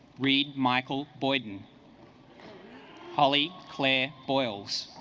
reads michael boyden holly claire foils